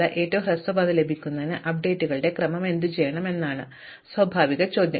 അതിനാൽ ഏറ്റവും ഹ്രസ്വമായ പാത ലഭിക്കുന്നതിന് ഞാൻ അപ്ഡേറ്റുകളുടെ ക്രമം എന്തുചെയ്യണം എന്നതാണ് സ്വാഭാവിക ചോദ്യം